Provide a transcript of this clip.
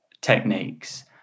techniques